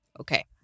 Okay